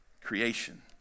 creation